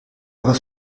aber